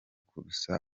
kurasa